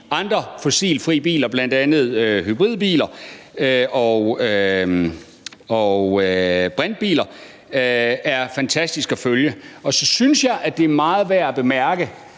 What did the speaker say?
andre fossilfri biler, bl.a. hybridbiler og brintbiler, er fantastisk at følge. Så synes jeg, at det er meget værd at bemærke,